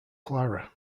clara